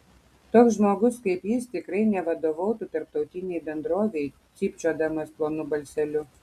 toks žmogus kaip jis tikrai nevadovautų tarptautinei bendrovei cypčiodamas plonu balseliu